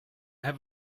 have